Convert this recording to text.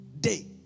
day